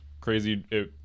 crazy